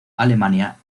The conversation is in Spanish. alemania